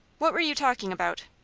what were you talking about?